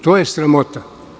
To je sramota.